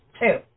two